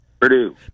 Purdue